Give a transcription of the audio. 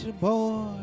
boy